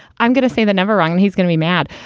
i'm going to say the never wrong and he's gonna be mad.